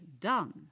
done